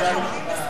אני מכבד הסכמים.